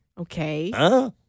Okay